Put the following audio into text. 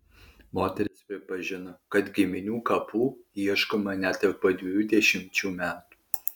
moteris pripažino kad giminių kapų ieškoma net ir po dviejų dešimčių metų